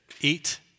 eat